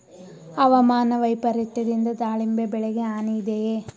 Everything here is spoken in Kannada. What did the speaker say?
ಹವಾಮಾನ ವೈಪರಿತ್ಯದಿಂದ ದಾಳಿಂಬೆ ಬೆಳೆಗೆ ಹಾನಿ ಇದೆಯೇ?